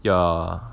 ya